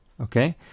Okay